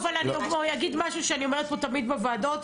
אבל אני אגיד פה משהו שאני אומרת פה תמיד בוועדות,